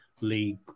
league